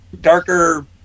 darker